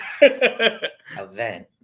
event